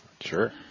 Sure